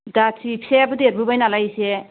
दाथि फिसायाबो देरबोबाय नालाय इसे